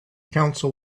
council